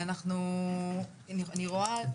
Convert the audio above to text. אני רואה,